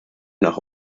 nach